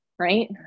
Right